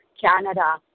Canada